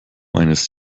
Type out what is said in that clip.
eines